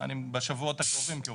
בשבועות הקרובים.